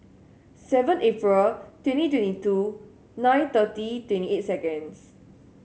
seven April twenty twenty two nine thirty twenty eight seconds